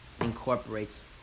incorporates